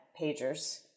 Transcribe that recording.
pagers